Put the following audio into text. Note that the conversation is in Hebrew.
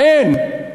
אין,